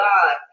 God